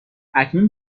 اکنون